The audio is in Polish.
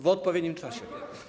W odpowiednim czasie.